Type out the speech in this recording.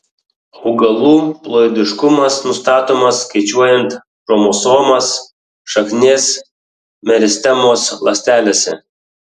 augalų ploidiškumas nustatomas skaičiuojant chromosomas šaknies meristemos ląstelėse